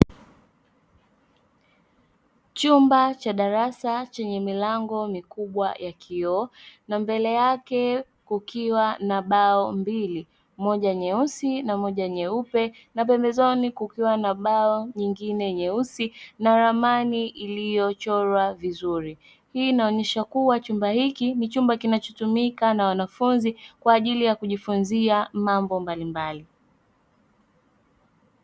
Chumba cha darasa chenye milango mikubwa ya kioo na mbele yake kukiwa na bao mbili moja nyeusi na moja nyeupe na pembezoni kukiwa na bao nyingine nyeusi na ramani iliyochorwa vizuri, hii inaonyesha kuwa chumba hiki ni chumba kinachotumika na wanafunzi kwa ajili ya kujifunzia mambo mbalimbali